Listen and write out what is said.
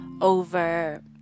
over